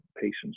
patients